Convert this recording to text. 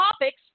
topics